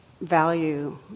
value